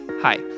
Hi